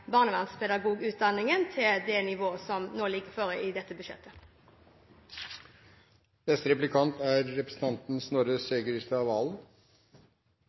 barnevernspedagogutdanningen til det nivået som nå foreligger i dette budsjettet. Til replikkordvekslingen mellom Slagsvold Vedum og statsråden er